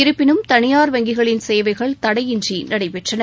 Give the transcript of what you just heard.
இருப்பினும் தனியார் வங்கிகளின் சேவைகள் தடையின்றி நடைபெற்றன